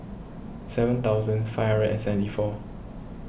seven thousand five seventy four